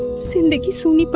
see? and the so noose but